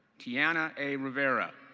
tianna a. rivera.